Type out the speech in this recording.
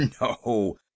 no